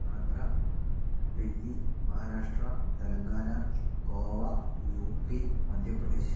Andhra Delhi Maharashtra Telangana Goa UP Madhya Pradesh